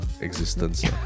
existence